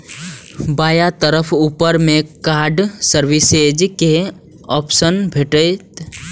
बायां तरफ ऊपर मे कार्ड सर्विसेज के ऑप्शन भेटत